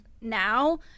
now